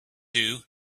two